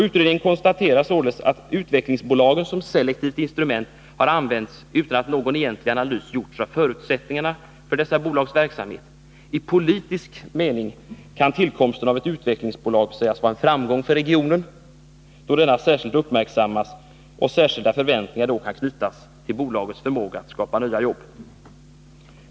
Utredningen konstaterar således att utvecklingsbolagen som selektivt instrument har använts utan att någon egentlig analys har gjorts av förutsättningarna för dessa bolags verksamhet. I politisk mening kan tillkomsten av ett utvecklingsbolag sägas vara en framgång för regionen — då denna särskilt uppmärksammas och särskilda förväntningar kan knytas till bolagets förmåga att skapa nya jobb.